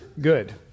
good